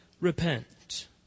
repent